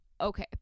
Okay